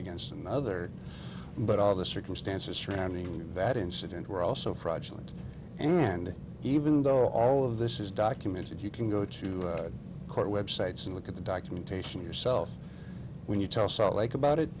against another but all the circumstances surrounding that incident were also fraudulent and even though all of this is documented you can go to court websites and look at the documentation yourself when you tell salt lake about it